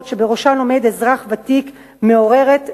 שבראשן עומד אזרח ותיק מעוררת דאגה.